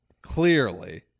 clearly